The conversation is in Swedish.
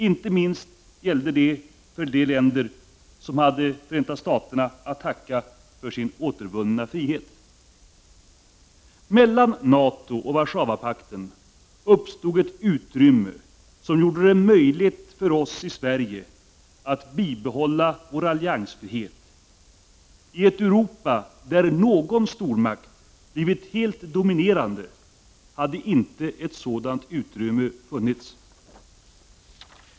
Detta gällde inte minst för de länder som hade Förenta Staterna att tacka för sin återvunna frihet. Mellan NATO och Warszawapakten uppstod ett utrymme som gjorde det möjligt för oss i Sverige att bibehålla vår alliansfrihet. I ett Europa där någon stormakt blivit helt dominerande hade inte något sådant utrymme funnits.